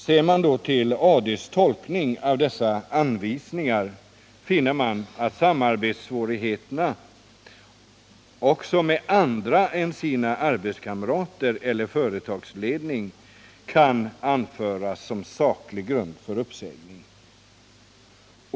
Ser man då till AD:s tolkning av dessa anvisningar finner man att samarbetssvårigheter också med andra än arbetskamrater eller företagsledning, således helt utomstående, kan anföras som saklig grund för uppsägning.